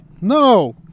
No